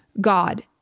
God